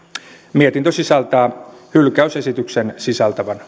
mietintö sisältää hylkäysesityksen sisältävän